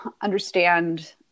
understand